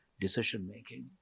decision-making